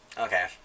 okay